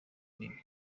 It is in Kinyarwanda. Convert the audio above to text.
imihigo